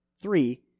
three